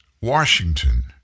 Washington